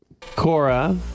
Cora